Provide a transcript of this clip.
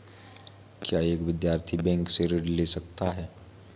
क्या एक विद्यार्थी बैंक से ऋण ले सकता है?